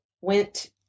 went